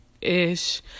ish